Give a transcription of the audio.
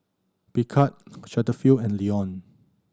Picard Cetaphil and Lion